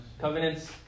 covenants